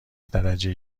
درجه